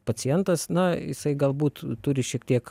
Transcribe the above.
pacientas na jisai galbūt turi šiek tiek